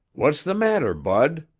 what's the matter, bud?